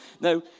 No